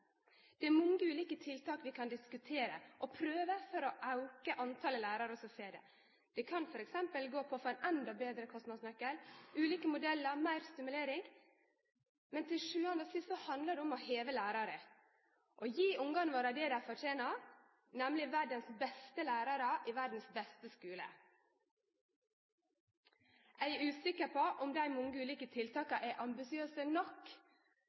Det er mange ulike tiltak vi kan diskutere og prøve for å auke talet på lærarar som får det. Det kan f.eks. gå på å få ein enda betre kostnadsnøkkel, ulike modellar og meir stimulering. Men til sjuande og sist handlar det om å heve lærarkompetansen, å gi ungane våre det dei fortener, nemleg verdas beste lærarar i verdas beste skule. Eg er usikker på om dei mange ulike tiltaka er ambisiøse nok